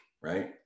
right